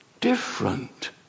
different